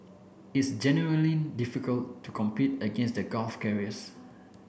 it's genuinely difficult to compete against the Gulf carriers